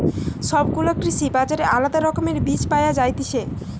সব গুলা কৃষি বাজারে আলদা রকমের বীজ পায়া যায়তিছে